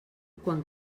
quan